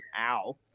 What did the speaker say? ow